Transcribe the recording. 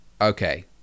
okay